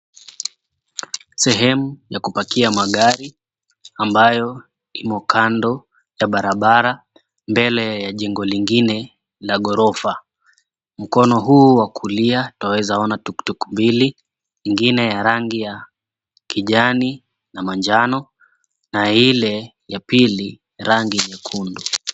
Sehemu ya kupakia magari ambayo imo kando barabara, mbele ya jengo lingine la ghorofa mkono huu wa kulia twaweza ona tuktuk mbili ingine ya rangi ya kijani na manjano na ile ya pili rangi nyekundu.